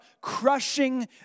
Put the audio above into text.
crushing